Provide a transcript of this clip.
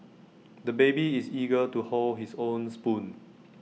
the baby is eager to hold his own spoon